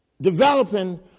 developing